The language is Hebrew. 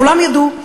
כולם ידעו.